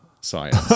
science